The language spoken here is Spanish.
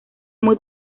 muy